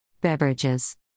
Beverages